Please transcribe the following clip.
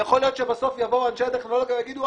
ויכול להיות שבסוף יבוא אנשי הטכנולוגיה ויגידו,